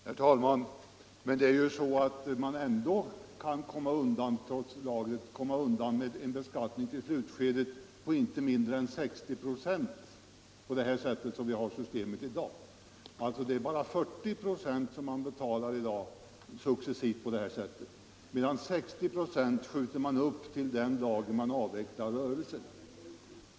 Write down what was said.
Herr talman! Det är ju så att man ändå kan komma undan med en beskattning i slutskedet på inte mindre än 60 96 enligt det nuvarande systemet. Det är bara 40 9 som man betalar successivt, medan man skjuter upp 60 25 till den dag man avvecklar rörelsen.